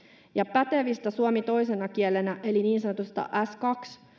pätevistä suomi toisena kielenä eli niin sanotuista s kaksi